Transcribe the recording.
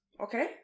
okay